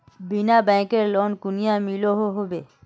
बिना बैंकेर लोन कुनियाँ मिलोहो होबे?